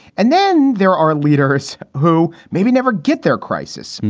and then there are leaders who maybe never get their crisis.